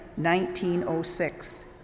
1906